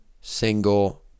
single